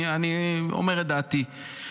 אני אומר את דעתי.